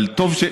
אבל טוב,